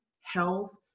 health